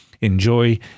Enjoy